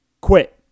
quit